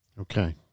Okay